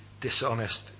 dishonest